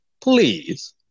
please